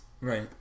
Right